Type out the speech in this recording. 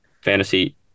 Fantasy